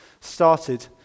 started